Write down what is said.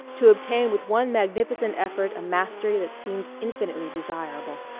to obtain with one magnificent effort a mastery that seemed infinitely desirable.